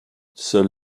seuls